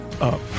up